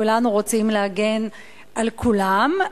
כולנו רוצים להגן על כולם,